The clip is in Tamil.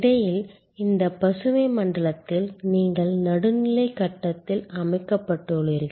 இடையில் இந்த பசுமை மண்டலத்தில் நீங்கள் நடுநிலை கட்டத்தில் அமைக்கப்பட்டுள்ளீர்கள்